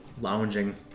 lounging